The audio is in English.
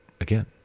again